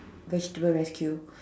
vegetable rescue